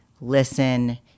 listen